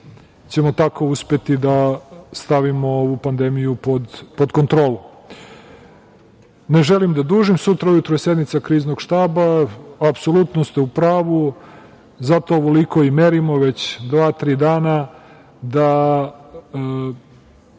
ćemo tako uspeti da stavimo ovu pandemiju pod kontrolu. Ne želim da dužim, sutra ujutru je sednica Kriznog štaba. Apsolutno ste u pravu, zato ovoliko i merimo već dva tri dana,